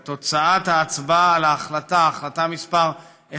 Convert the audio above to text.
את תוצאת ההצבעה על החלטה 181,